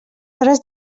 hores